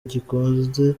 gikunze